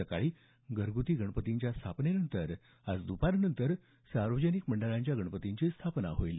सकाळी घरगुती गणपतींच्या स्थापनेनंतर दुपारनंतर मंडळांच्या गणपतींची स्थापना होईल